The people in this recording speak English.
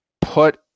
put